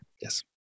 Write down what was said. yes